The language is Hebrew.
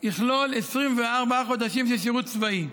יכלול 24 חודשים של שירות צבאי.